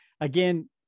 again